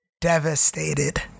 Devastated